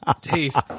taste